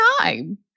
time